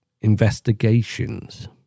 investigations